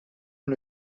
von